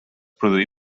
produí